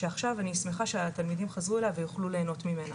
שעכשיו אני שמחה שהתלמידים חזרו אליה ויוכלו להנות ממנה.